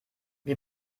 wie